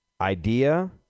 idea